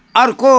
अर्को